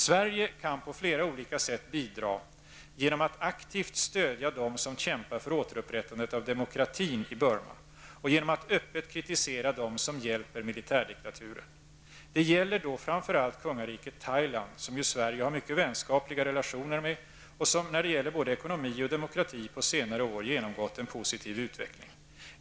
Sverige kan på flera olika sätt bidra genom att aktivt stödja dem som kämpar för återupprättandet av demokratin i Burma och genom att öppet kritisera dem som hjälper militärdiktaturen. Det gäller då framför allt kungariket Thailand, som ju Sverige har mycket vänskapliga relationer med och som när det gäller både ekonomi och demokrati på senare år genomgått en positiv utveckling.